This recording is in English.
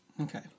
Okay